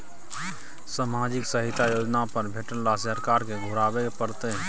सामाजिक सहायता योजना में भेटल राशि सरकार के घुराबै परतै?